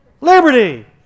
liberty